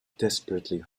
desperately